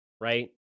right